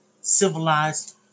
civilized